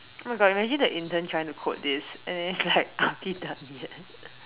oh my god imagine the intern trying to code this and then it's like are we done yet